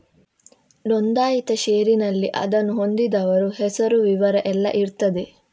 ನೋಂದಾಯಿತ ಷೇರಿನಲ್ಲಿ ಅದನ್ನು ಹೊಂದಿದವರ ಹೆಸರು, ವಿವರ ಎಲ್ಲ ಇರ್ತದೆ